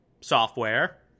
software